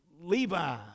Levi